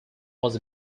was